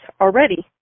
already